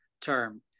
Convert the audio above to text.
term